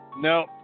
No